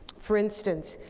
for instance,